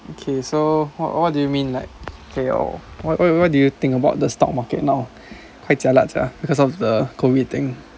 okay so what what do you mean like okay or wh~ what do you think about the stock market now quite jialat sia because of the COVID thing